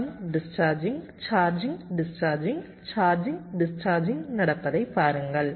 charging discharging charging discharging charging discharging நடப்பதை பாருங்கள்